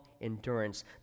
endurance